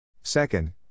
Second